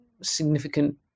significant